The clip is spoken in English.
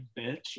bitch